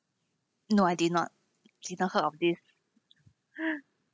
no I did not did not heard of this